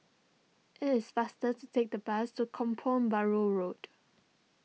it is faster to take the bus to Kampong Bahru Road